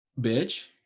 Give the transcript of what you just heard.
bitch